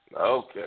Okay